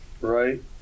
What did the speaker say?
right